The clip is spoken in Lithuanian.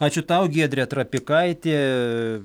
ačiū tau giedrė trapikaitė